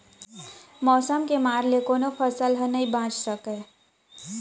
मउसम के मार ले कोनो फसल ह नइ बाच सकय